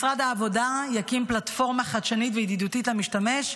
משרד העבודה יקים פלטפורמה חדשנית וידידותית למשתמש,